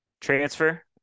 transfer